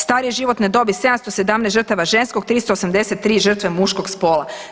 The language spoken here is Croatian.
Starije životne dobi 717 žrtava ženskog, 383 žrtve muškog spola.